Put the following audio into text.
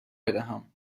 بدهم